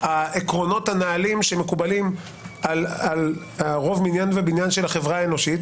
העקרונות הנעלים שמקובלים על רוב מניין ובניין של החברה האנושית,